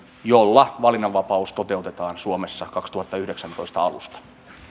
jolla valinnanvapaus toteutetaan suomessa vuoden kaksituhattayhdeksäntoista alusta